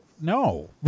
no